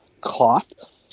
cloth